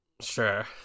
Sure